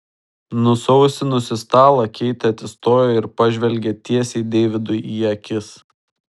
nusausinusi stalą keitė atsistojo ir pažvelgė tiesiai deividui į akis